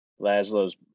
laszlo's